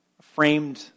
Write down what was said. framed